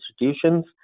institutions